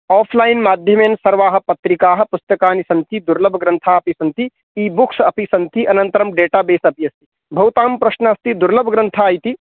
offline माध्यमेन सर्वाः पत्रिकाः पुस्तकानि सन्ति दुर्लभग्रन्था अपि सन्ति ई बुक्स् अपि सन्ति अनन्तरं डेटाबेस् अपि अस्ति भवतां प्रश्न अस्ति दुर्लभग्रन्थः इति